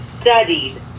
studied